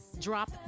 Drop